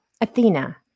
Athena